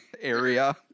area